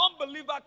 unbeliever